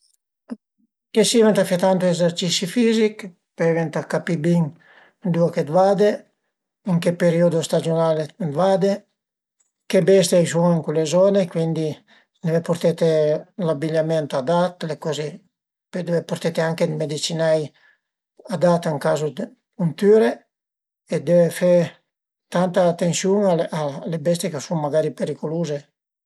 Anche si ëntà fe tanti ezercisi fisich, pöi venta capì bin ëndua che vade, ën che periodo stagiunal vade, che bestie a i sun ën cule zone, cuindi deve purtete l'abigliament adat, le coze, pöi deve purtete anche dë medicinai adat ën cazo dë puntüre e deve fe tanta atensiun a le bestie ch'a sun magari periculuze